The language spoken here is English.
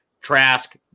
Trask